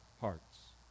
hearts